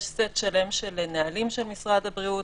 יש סט שלם של נהלים של מדרד הבריאות.